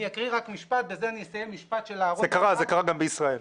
אקריא רק משפט --- זה קרה גם בישראל.